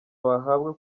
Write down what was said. bahabwa